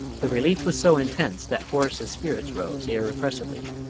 the relief was so intense that horace's spirits rose irrepressibly.